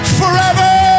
forever